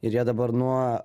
ir jie dabar nuo